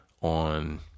on